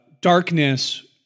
darkness